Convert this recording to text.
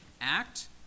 act